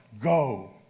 go